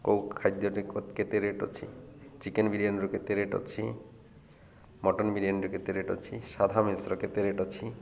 କେଉଁ ଖାଦ୍ୟରେ କେତେ ରେଟ୍ ଅଛି ଚିକେନ୍ ବିରିୟାନୀରୁ କେତେ ରେଟ୍ ଅଛି ମଟନ୍ ବିରିୟାନୀରୁ କେତେ ରେଟ୍ ଅଛି ସାଧା କେତେ ରେଟ୍ ଅଛି